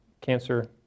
cancer